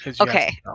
Okay